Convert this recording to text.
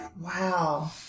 Wow